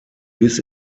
bis